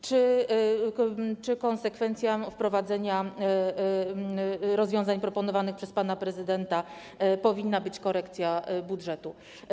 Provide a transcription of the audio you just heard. Czy konsekwencją wprowadzenia rozwiązań proponowanych przez pana prezydenta powinna być korekta budżetu?